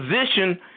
position